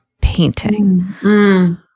painting